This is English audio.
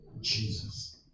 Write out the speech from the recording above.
Jesus